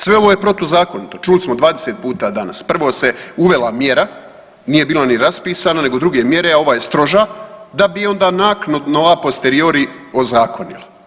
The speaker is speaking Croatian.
Sve ovo je protuzakonito čuli smo 20 puta danas, prvo se uvela mjera, nije bilo ni raspisano nego druge mjere, a ova je stroža, da bi onda naknadno a posteriori ozakonilo.